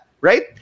right